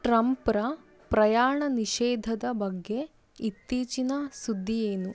ಟ್ರಂಪ್ರ ಪ್ರಯಾಣ ನಿಷೇಧದ ಬಗ್ಗೆ ಇತ್ತೀಚಿನ ಸುದ್ದಿ ಏನು